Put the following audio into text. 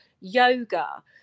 yoga